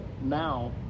now